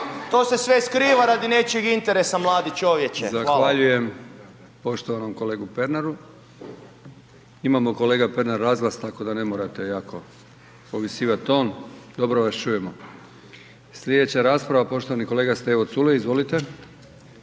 To se sve skriva radi nečijeg interesa mladi čovječe. Hvala. **Brkić, Milijan (HDZ)** Zahvaljujem poštovanom kolegi Pernaru. Imamo kolega Pernar razglas tako da ne morate jako povisivati ton, dobro vas čujemo. Sljedeća rasprava poštovani kolega Stevo Culej. Izvolite.